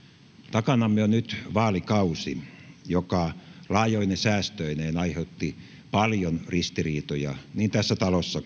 takanamme on nyt vaalikausi joka laajoine säästöineen aiheutti paljon ristiriitoja niin tässä talossa